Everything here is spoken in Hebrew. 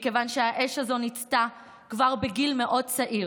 מכיוון שהאש הזאת ניצתה כבר בגיל מאוד צעיר,